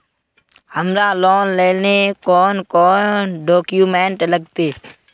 हमरा लोन लेले कौन कौन डॉक्यूमेंट लगते?